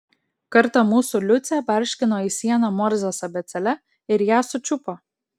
kartą mūsų liucė barškino į sieną morzės abėcėle ir ją sučiupo